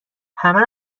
همه